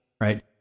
Right